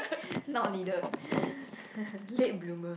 not needed late bloomer